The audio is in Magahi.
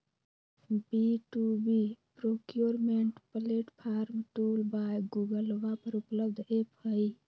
B two B procurement platform tool by गूगलवा पर उपलब्ध ऐप हई